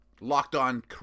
locked-on